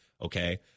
okay